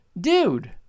dude